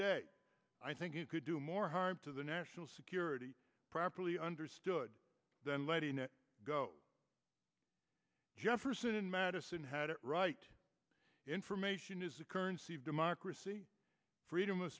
day i think you could do more harm to the national security properly understood than letting it go jefferson and madison had it right information is the currency of democracy freedom of